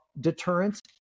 deterrence